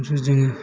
जोङो